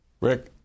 Rick